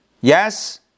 Yes